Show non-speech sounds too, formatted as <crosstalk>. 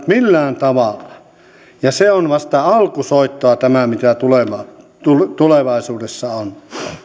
<unintelligible> millään tavalla ja tämä on vasta alkusoittoa sille mitä tulevaisuudessa on